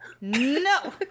No